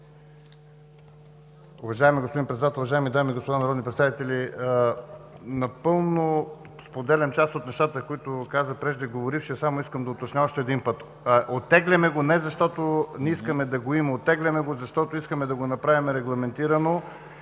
Уважаеми господин Председател, уважаеми дами и господа народни представители! Напълно споделям част от нещата, които каза преждеговорившият. Само искам да уточня още един път. Оттегляме го, не защото не искаме да го има. Оттегляме го, защото искаме да го направим регламентирано